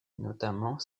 notamment